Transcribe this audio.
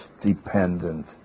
dependent